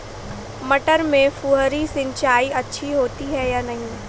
मटर में फुहरी सिंचाई अच्छी होती है या नहीं?